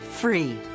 Free